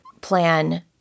plan